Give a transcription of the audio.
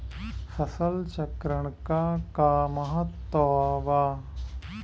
फसल चक्रण क का महत्त्व बा?